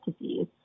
disease